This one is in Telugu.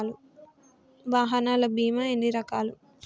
వాహనాల బీమా ఎన్ని రకాలు?